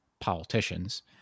politicians